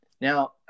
now